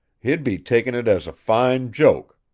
he'd be taking it as a fine joke.